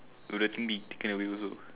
will the thing be taken away also